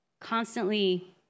constantly